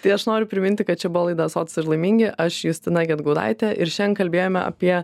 tai aš noriu priminti kad čia buvo laida sotūs ir laimingi aš justina gedgaudaitė ir šiandien kalbėjome apie